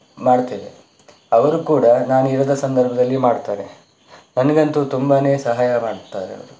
ಮಾಡ್ತೇವೆ ಅವರು ಕೂಡ ನಾನು ಇರದ ಸಂದರ್ಭದಲ್ಲಿ ಮಾಡ್ತಾರೆ ನನಗಂತೂ ತುಂಬಾನೇ ಸಹಾಯ ಮಾಡ್ತಾರೆ ಅವರು